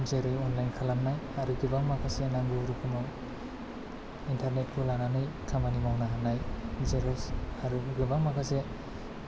जेरै अनलाइन खालामनाइ आरो गोबां माखासे नांगौ रोखोमाव इन्टरनेटखौ लानानै खामानि मावनो हानाय जेरक्च आरो गोबां माखासे